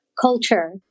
culture